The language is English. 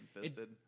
fisted